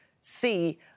see